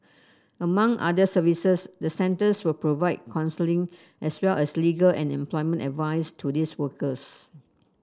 among other services the centres will provide counselling as well as legal and employment advice to these workers